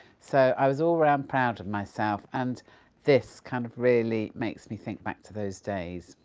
so, i was all around proud of myself and this, kind of, really makes me think back to those days.